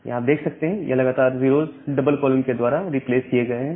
यहां आप देख सकते हैं यह लगातार 0s डबल कॉलन के द्वारा रिप्लेस किए गए हैं